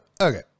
okay